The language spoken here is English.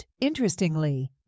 Interestingly